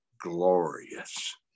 glorious